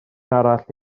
arall